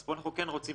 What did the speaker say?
אז פה אנחנו כן רוצים,